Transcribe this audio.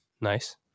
Nice